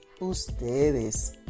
Ustedes